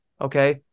okay